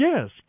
Yes